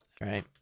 right